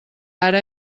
ara